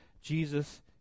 Jesus